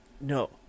No